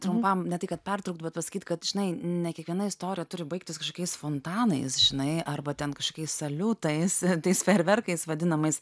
trumpam ne tai kad pertraukt bet pasakyt kad žinai ne kiekviena istorija turi baigtis kažkokiais fontanais žinai arba ten kažkokiais saliutais tais fejerverkais vadinamais